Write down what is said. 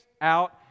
out